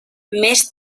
més